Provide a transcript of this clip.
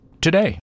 Today